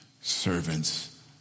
servants